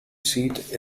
seat